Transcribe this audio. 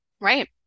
right